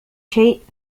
شيء